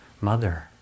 mother